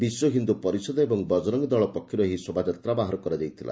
ବିଶ୍ୱ ହିନ୍ଦୁ ପରିଷଦ ଓ ବଜରଙ୍ଙ ଦଳ ପକ୍ଷରୁ ଏହି ଶୋଭାଯାତ୍ରା ବାହାର କରାଯାଇଥିଲା